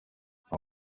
nta